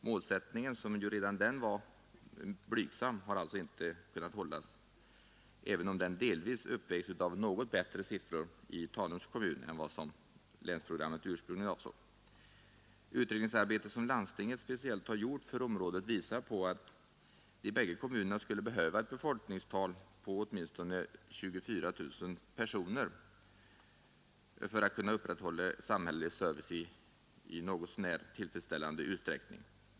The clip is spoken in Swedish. Målsättningen, som ju redan den var blygsam, har alltså inte kunnat hållas, även om detta delvis uppvägs av något bättre siffror i Tanums kommun än vad länsprogrammet ursprungligen avsåg. Utredningsarbetet som landstinget speciellt har gjort för området visar på att de bägge kommunerna skulle behöva ett befolkningstal på åtminstone 24 000 personer för att kunna upprätthålla samhällelig service i något så är tillfredsställande utsträckning.